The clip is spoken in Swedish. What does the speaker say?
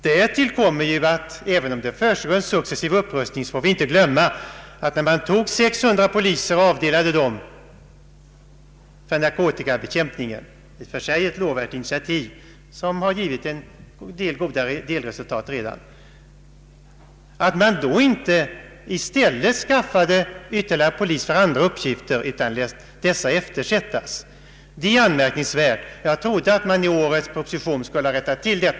Därtill kommer, att även om det försiggår en successiv upprustning, så får vi inte glömma att man när man avdelade 600 poliser för narkotikabekämpning — ett i och för sig lovvärt initiativ som redan har givit en del goda resultat — inte i stället skaffade ytterligare poliser för de uppgifter som dessa 600 poliser dittills sysslat med utan lät dessa uppgifter bli eftersatta. Detta är anmärkningsvärt, och jag trodde att man i årets proposition skulle ha rättat till det.